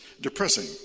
depressing